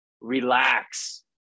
relax